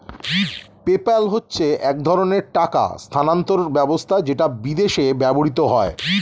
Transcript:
PayPal হচ্ছে এক ধরণের টাকা স্থানান্তর ব্যবস্থা যেটা বিদেশে ব্যবহৃত হয়